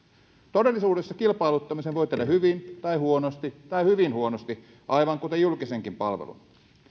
todellisuudessa kilpailuttamisen voi tehdä hyvin tai huonosti tai hyvin huonosti aivan kuten julkisenkin palvelun